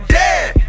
dead